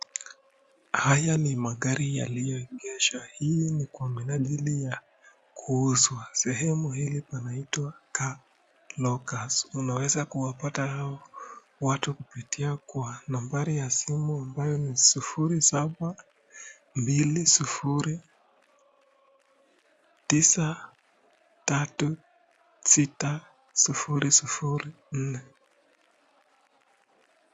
Haya ni magari yaliyoegeshwa. Hii ni kwa minajili ya kuuzwa. Sehemu hili panaitwa Car Locas. Unaweza kuwapata hawa watu kupitia kwa nambari ya simu ambayo ni sufuri saba mbili sufuri tisa tatu sita sufuri sufuri nne.